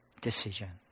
decision